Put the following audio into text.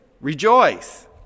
rejoice